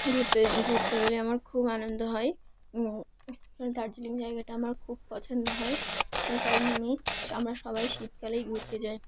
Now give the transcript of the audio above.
ঘুরতে ঘুরতে গেলে আমার খুব আনন্দ হয় দার্জিলিং জায়গাটা আমার খুব পছন্দ হয় এই কারণে মিয়ে আমরা সবাই শীতকালেই ঘুরতে যাই